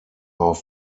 auf